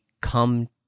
come